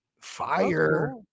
Fire